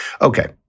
Okay